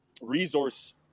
resource